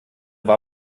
war